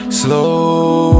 slow